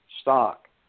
stock